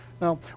Now